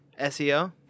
SEO